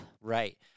Right